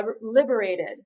liberated